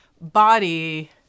body